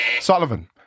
Sullivan